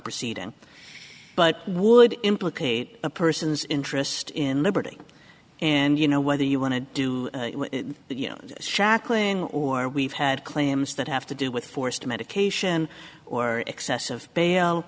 proceeding but would implicate a person's interest in liberty and you know whether you want to do the shackling or we've had claims that have to do with forced medication or excessive bail